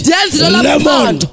Lemon